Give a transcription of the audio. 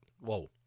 Whoa